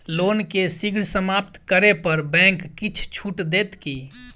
loan केँ शीघ्र समाप्त करै पर बैंक किछ छुट देत की